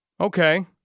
okay